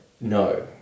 No